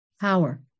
power